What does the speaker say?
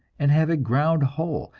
and have it ground whole,